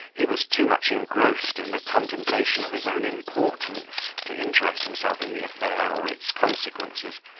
he was too much engrossed in the contemplation of his own importance, to interest himself in the affair or its consequences,